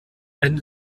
ein